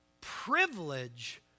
privilege